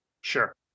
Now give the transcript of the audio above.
Sure